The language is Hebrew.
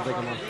בסדר גמור.